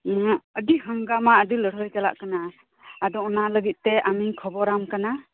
ᱦᱮᱸ ᱟᱹᱰᱤ ᱦᱟᱝᱜᱟᱢᱟ ᱟᱹᱰᱤ ᱞᱟᱹᱲᱦᱟᱹᱭ ᱪᱟᱞᱟᱜ ᱠᱟᱱᱟ ᱟᱫᱚ ᱚᱱᱟ ᱞᱟᱹᱜᱤᱫ ᱛᱮ ᱟᱢᱤᱧ ᱠᱷᱚᱵᱚᱨᱟᱢ ᱠᱟᱱᱟ